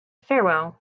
farewell